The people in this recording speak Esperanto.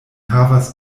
havas